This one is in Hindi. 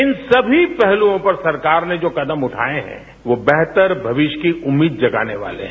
इन सभी पहलूओं पर सरकार ने जो कदम उगएं हैं वो बेहतर भविष्यर की उम्मीद जगाने वाले हैं